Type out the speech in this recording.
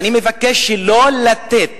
אני מבקש לא לתת,